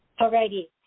Alrighty